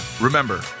Remember